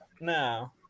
no